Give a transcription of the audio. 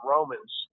Romans